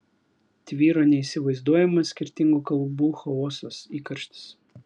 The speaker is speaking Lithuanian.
tvyro neįsivaizduojamas skirtingų kalbų chaosas įkarštis